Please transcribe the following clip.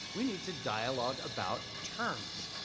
we need to dialogue about terms.